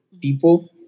people